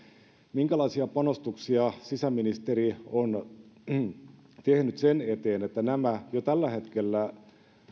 minkälaisia panostuksia sisäministeri on tehnyt sen eteen että nämä jo tällä hetkellä